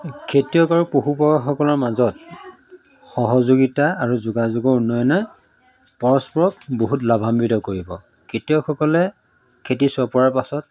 খেতিয়ক আৰু পশুপালকসকলৰ মাজত সহযোগিতা আৰু যোগাযোগৰ উন্নয়নে পৰস্পৰক বহুত লাভান্বিত কৰিব খেতিয়কসকলে খেতি চপোৱাৰ পাছত